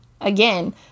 again